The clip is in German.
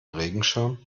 regenschirm